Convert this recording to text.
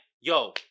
yo